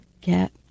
get